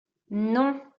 non